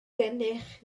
gennych